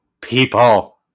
People